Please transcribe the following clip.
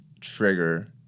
trigger